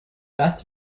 beth